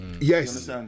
Yes